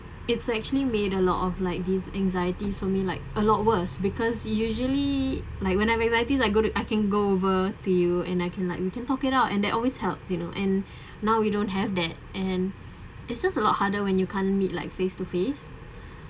it's actually made a lot of like these anxieties for me like a lot worse because it usually like when I'm anxiety I go to I can go over to you and I can like we can talk it out and that always helps you know and now you don't have that and it just a lot harder when you can't meet like face to face